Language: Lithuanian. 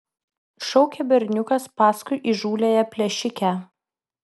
šaukė berniukas paskui įžūliąją plėšikę